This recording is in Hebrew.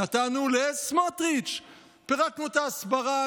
נתנו לסמוטריץ'; פירקנו את ההסברה,